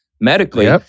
medically